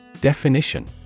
Definition